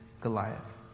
Goliath